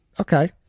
Okay